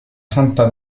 santa